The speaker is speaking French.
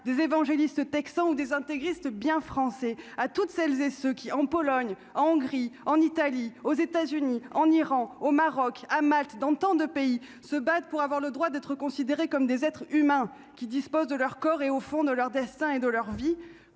des évangélistes texan où des intégristes bien français à toutes celles et ceux qui, en Pologne, en Hongrie, en Italie, aux États-Unis, en Iran, au Maroc, à Malte dans tant de pays se battent pour avoir le droit d'être considérés comme des être s'humains qui disposent de leur corps et au fond de leur destin et de leur vie,